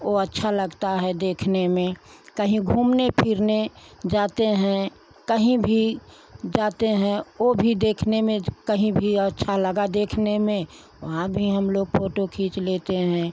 ओ अच्छा लगता है देखने में कहीं घूमने फिरने जाते हैं कहीं भी जाते हैं ओ भी देखने में जो कहीं भी अच्छा लगा देखने में वहाँ भी हम लोग फ़ोटो खींच लेते हैं